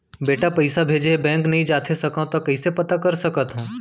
बेटा पइसा भेजे हे, बैंक नई जाथे सकंव त कइसे पता कर सकथव?